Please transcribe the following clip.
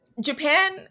Japan